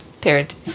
Parent